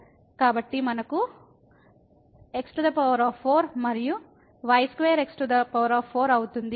కాబట్టి మనకు x4 మరియు y2 x4 అవుతుంది